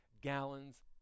gallons